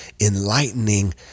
enlightening